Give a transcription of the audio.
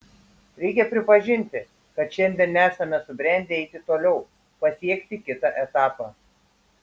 reikia pripažinti kad šiandien nesame subrendę eiti toliau pasiekti kitą etapą